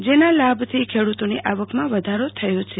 જેના લાભથી ખેડતોની આવકમાં વધારો થયો છે